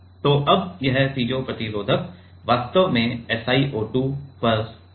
तो अब यह पीजो प्रतिरोधक वास्तव में SiO2 पर हैं